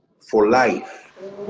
for life.